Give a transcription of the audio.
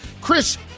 Chris